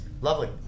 Lovely